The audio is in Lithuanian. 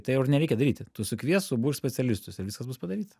tai jau ir nereikia daryti tu sukviesk suburk specialistus ir viskas bus padaryta